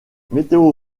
météo